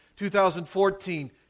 2014